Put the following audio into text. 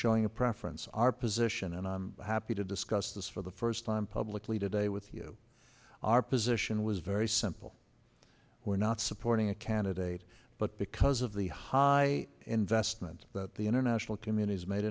showing a preference our position and i'm happy to discuss this for the first time publicly today with you our position was very simple we're not supporting a candidate but because of the high investments that the international community has made